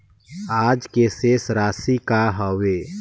आज के शेष राशि का हवे?